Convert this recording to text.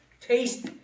Taste